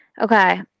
Okay